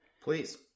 Please